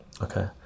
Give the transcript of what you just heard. Okay